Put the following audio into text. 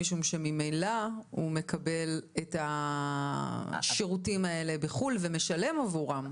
משום שממילא הוא מקבל את השירותים האלה בחו"ל ומשלם עבורם.